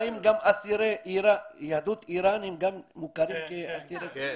האם גם אסירי יהדות אירן הם גם מוכרים כאסירי ציון?